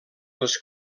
les